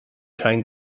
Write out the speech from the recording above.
kein